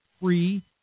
free